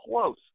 close